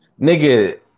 Nigga